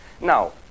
Now